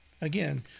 Again